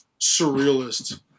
surrealist